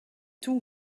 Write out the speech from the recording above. two